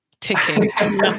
ticking